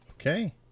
Okay